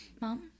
mom